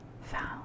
found